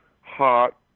hot